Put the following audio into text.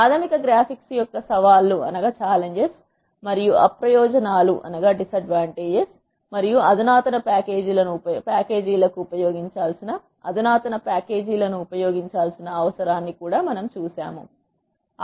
ప్రాథమిక గ్రాఫిక్స్ యొక్క సవాళ్లు మరియు అప్రయోజనాలు మరియు అధునాతన ప్యాకేజీలను ఉపయోగించాల్సిన అవసరాన్ని కూడా మేము చూశాము R